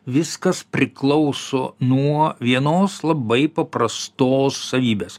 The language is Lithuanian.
viskas priklauso nuo vienos labai paprastos savybės